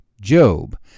Job